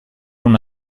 una